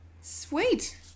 Sweet